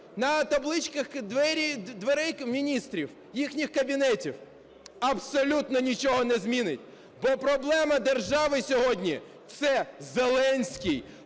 на табличках дверей міністрів їхніх кабінетів? Абсолютно нічого не змінить. Бо проблема держави сьогодні – це Зеленський.